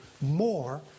more